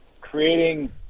creating